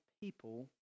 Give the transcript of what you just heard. people